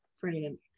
Brilliant